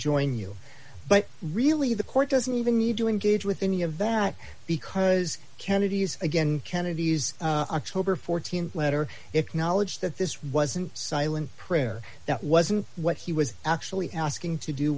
join you but really the court doesn't even need to engage with any of that because kennedy's again kennedy's october th letter acknowledged that this wasn't silent prayer that wasn't what he was actually asking to do